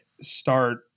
start